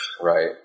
right